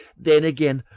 then, again,